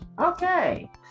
Okay